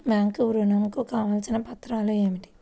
Bank ఋణం కు కావలసిన పత్రాలు ఏమిటి?